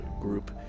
group